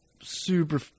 super